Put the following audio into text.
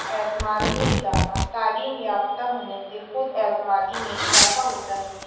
اعتماد میں اضافہ تعلیم یافتہ ہونے سے خود اعتمادی میں اضافہ ہوتا ہے